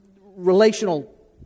relational